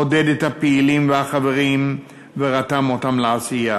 עודד את הפעילים והחברים ורתם אותם לעשייה.